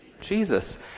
Jesus